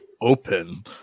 open